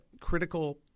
critical